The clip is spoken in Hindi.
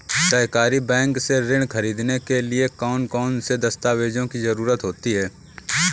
सहकारी बैंक से ऋण ख़रीदने के लिए कौन कौन से दस्तावेजों की ज़रुरत होती है?